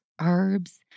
herbs